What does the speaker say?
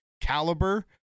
caliber